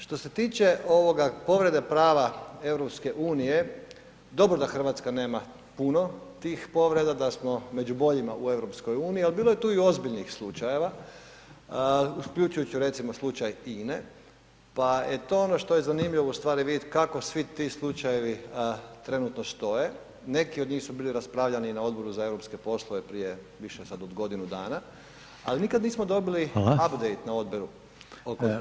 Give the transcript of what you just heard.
Što se tiče ovoga, povrede prava EU, dobro da RH nema puno tih povreda, da smo među boljima u EU, al bilo je tu i ozbiljnih slučajeva, uključujući recimo slučaj INA-e, pa je to ono što je zanimljivo u stvari vidit kako svi ti slučajevi trenutno stoje, neki od njih su bili raspravljani na Odboru za europske poslove prije više sad od godinu dana, al nikad nismo dobili [[Upadica: Hvala]] update na odboru oko stanja stvari.